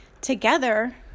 together